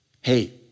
Hey